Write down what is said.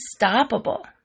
unstoppable